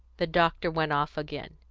the doctor went off again.